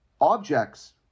Objects